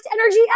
energy